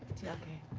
tiaki.